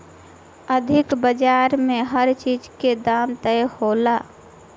आर्थिक बाजार में हर चीज के दाम तय होला